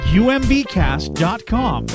umbcast.com